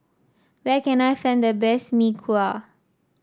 where can I find the best Mee Kuah